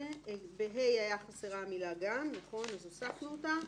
ב-(ה) היתה חסרה המילה "גם", והוספנו אותה.